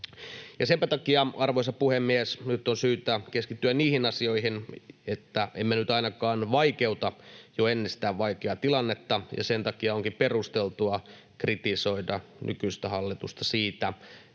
Senpä takia, arvoisa puhemies, nyt on syytä keskittyä niihin asioihin, niin että emme nyt ainakaan vaikeuta jo ennestään vaikeaa tilannetta. Ja sen takia onkin perusteltua kritisoida nykyistä hallitusta siitä,